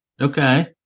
Okay